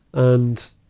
and